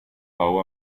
how